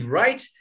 right